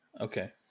okay